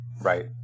Right